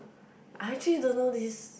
I actually don't know this